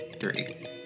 three